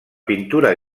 pintura